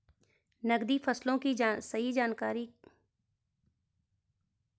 नकदी फसलों की सही जानकारी कहाँ मिलेगी?